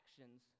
actions